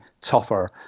tougher